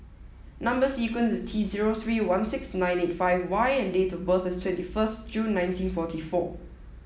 number sequence is T zero three one six nine eight five Y and date of birth is twenty first June nineteen forty four